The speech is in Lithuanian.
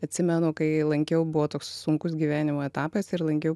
atsimenu kai lankiau buvo toks sunkus gyvenimo etapas ir lankiau